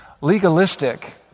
Legalistic